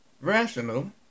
rational